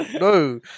No